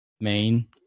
Maine